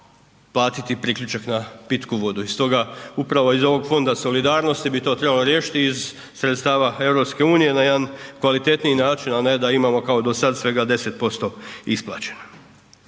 platiti priključak na pitku vodu. I stoga upravo iz ovog fonda solidarnosti bi to trebalo riješiti iz sredstava EU na jedan kvalitetniji način, a ne da imamo kao do sada svega 10% isplaćeno.